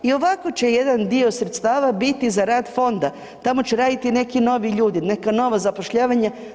I ovako će jedan dio sredstava biti za rad fonda, tamo će raditi neki novi ljudi, neka nova zapošljavanja.